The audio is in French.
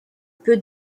peu